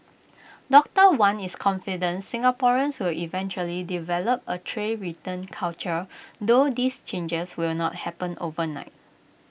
doctor wan is confident Singaporeans will eventually develop A tray return culture though these changes will not happen overnight